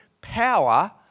power